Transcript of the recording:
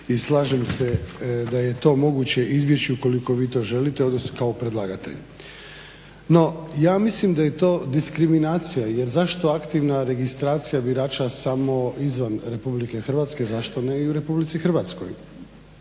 i slažem se da je to moguće izbjeći ukoliko vi to želite, odnosno kao predlagatelj. No, ja mislim da je to diskriminacija jer zašto aktivna registracija birača samo izvan RH, zašto ne i RH? Očito